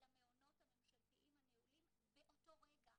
למעונות הממשלתיים הנעולים באותו רגע,